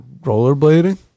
Rollerblading